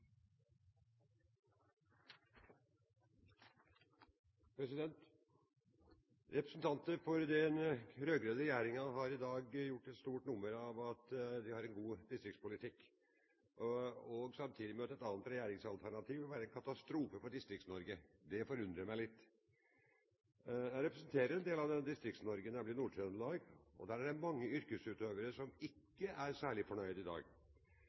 Representanter for den rød-grønne regjeringen har i dag gjort et stort nummer av at de har en god distriktspolitikk, og samtidig at et annet regjeringsalternativ vil være en katastrofe for Distrikts-Norge. Det forundrer meg litt. Jeg representerer en del av Distrikts-Norge, nemlig Nord-Trøndelag. Der er det mange yrkesutøvere som ikke er særlig fornøyd i dag.